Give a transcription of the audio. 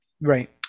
Right